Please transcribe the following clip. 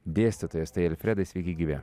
dėstytojas tai alfredai sveiki gyvi